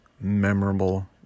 memorable